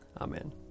Amen